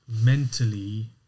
Mentally